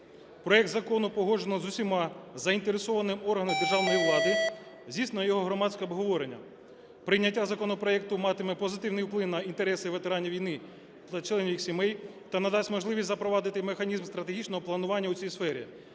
Проект закону погоджено з усіма заінтересованими органами державної влади, здійснено його громадське обговорення. Прийняття законопроекту матиме позитивний вплив на інтереси ветеранів війни та членів їх сімей та надасть можливість запровадити механізм стратегічного планування у цій сфері.